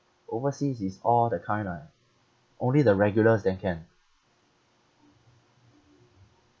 overseas is all the kind like only the regulars then can